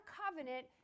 covenant